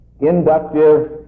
inductive